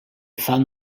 fan